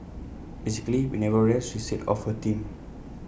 basically we never rest she said of her team